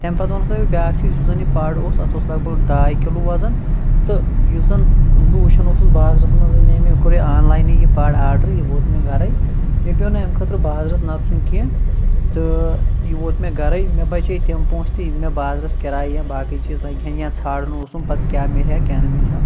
تَمہِ پَتہٕ وَنو بہٕ تۄہہِ بیٛاکھ چیٖز یُس زَنہٕ یہِ پَڑ اوس اَتھ اوس لگ بگ ڈاے کِلوٗ وَزَن تہٕ یُس زَنہٕ بہٕ وٕچھان اوسُس بازٕرَس منٛز اَنے مےٚ کوٚر یہِ آن لاینٕے یہِ پَڑ آڈَرٕے یہِ ووت مےٚ گَرَے مےٚ پیوٚو نہٕ اَمہِ خٲطرٕ بازرَس نَژُن کیٚنہہ تہٕ یہِ ووت مےٚ گَرَے مےٚ بَچے تِم پونٛسہٕ تہِ یِم مےٚ بازرَس کِراے یا باقٕے چیٖز لَگِہ ہا یا ژھانٛڈُن اوسُم پَتہٕ کیٛاہ مِلہِ ہا کیٛاہ نہٕ مِلہِ ہیو